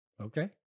Okay